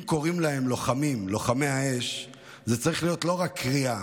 אם קוראים להם "לוחמי האש" זה צריך להיות לא רק קריאה